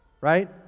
Right